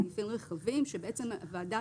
סעיפים רחבים והוועדה,